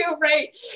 right